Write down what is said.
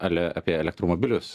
ale apie elektromobilius